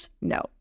No